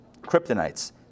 kryptonites